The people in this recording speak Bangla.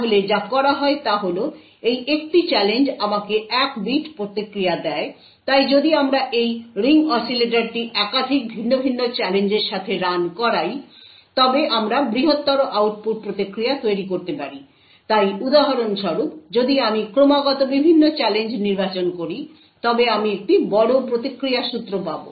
তাহলে যা করা হয় তা হল এই একটি চ্যালেঞ্জ আমাকে এক বিট প্রতিক্রিয়া দেয় তাই যদি আমরা এই রিং অসিলেটরটি একাধিক ভিন্ন ভিন্ন চ্যালেঞ্জের সাথে রান করাই তবে আমরা বৃহত্তর আউটপুট প্রতিক্রিয়া তৈরি করতে পারি তাই উদাহরণস্বরূপ যদি আমি ক্রমাগত বিভিন্ন চ্যালেঞ্জ নির্বাচন করি তবে আমি একটি বড় প্রতিক্রিয়া সূত্র পাব